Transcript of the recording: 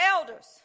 elders